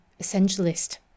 essentialist